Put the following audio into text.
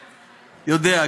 יודע.